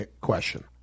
question